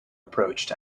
approached